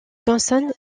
consonnes